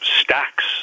stacks